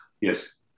yes